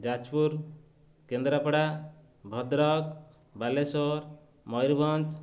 Jajpur Kendrapara Bhadrak Balasore Mayurbhanj